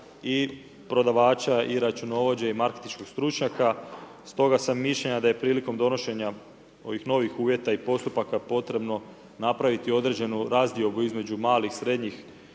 i prodavača i računovođe i marketinškog stručnjaka, stoga sa mišljenja da je prilikom donošenja ovih novih uvjeta i postupaka potrebno napraviti određenu razdiobu između malih, srednjih